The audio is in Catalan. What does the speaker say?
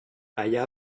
allà